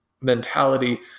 mentality